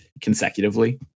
consecutively